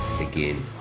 again